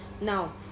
Now